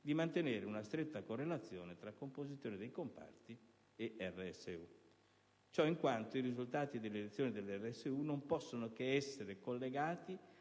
di mantenere una stretta correlazione tra composizione dei comparti e RSU. Ciò in quanto i risultati delle elezioni delle RSU non possono che essere collegati